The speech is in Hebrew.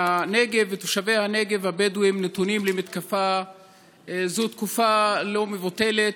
הנגב ותושבי הנגב הבדואים נתונים למתקפה זו תקופה לא מבוטלת,